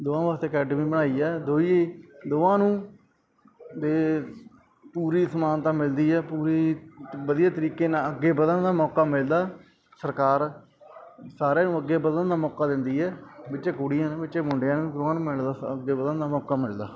ਦੋਵਾਂ ਵਾਸਤੇ ਅਕੈਡਮੀ ਬਣਾਈ ਏ ਦੋਹੀ ਦੋਵਾਂ ਨੂੰ ਅਤੇ ਪੂਰੀ ਸਮਾਨਤਾ ਮਿਲਦੀ ਏ ਪੂਰੀ ਵਧੀਆ ਤਰੀਕੇ ਨਾਲ ਅੱਗੇ ਵਧਣ ਦਾ ਮੌਕਾ ਮਿਲਦਾ ਸਰਕਾਰ ਸਾਰਿਆਂ ਨੂੰ ਅੱਗੇ ਵਧਣ ਦਾ ਮੌਕਾ ਦਿੰਦੀ ਏ ਵਿੱਚੇ ਕੁੜੀਆਂ ਨੂੰ ਵਿੱਚੇ ਮੁੰਡਿਆਂ ਨੂੰ ਦੋਵਾਂ ਨੂੰ ਮਿਲਣ ਦਾ ਅੱਗੇ ਵਧਣ ਦਾ ਮੌਕਾ ਮਿਲਦਾ